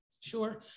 Sure